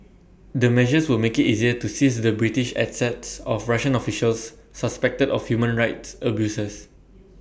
the measures would make IT easier to seize the British assets of Russian officials suspected of human rights abuses